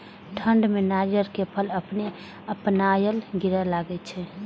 ठंड में नारियल के फल अपने अपनायल गिरे लगए छे?